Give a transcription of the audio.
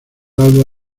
alba